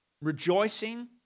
rejoicing